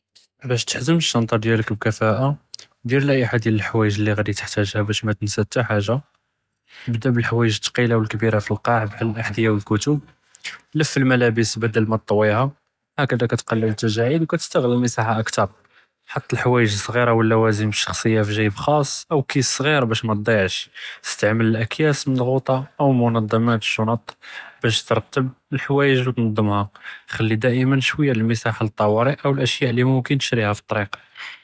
באש תחזם אלשנטה דיאלק בכפאאה דִיר לאיחת דיאל אלחואיג' לי ע'אדי תחתאזהא באש מא תנסא חתה חאגה، אִבְּדָא בִּלחואיג' אִלתקילה ו אלכבירה פי אלקاع בחאל אלאחְד'יה ו אלכתֻבּ، לִף אלמלאבס בדל מא טטויהא האכּדא כתקלל אלתג'אעיד ו כתסתע'ל אלמסאחה כת'ר، חֻט אלחואיג' אִלסג'ירה ו אללואזם אלשכסיה פי ג'יב ח'אס אוא כיס סג'יר באש מתדִּיעש, אִסתעמל אלאכּיאס אלמצע'וטה אוא מֻנַד'מאת אלשנט באש תרתבּ אלחואיג' ו תנזמאהא، חְלִי דיּמַאן שוויה דּ אלמסאחה לִלטוארי אוא לאלאשיא אלי ימכן תשְרִיהא פי אִלטריק.